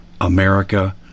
America